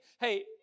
hey